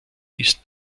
ist